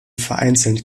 vereinzelt